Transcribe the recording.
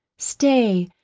stay,